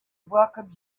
welcome